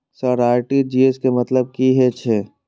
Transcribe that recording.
Sir RTGS के मतलब की हे छे?